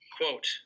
quote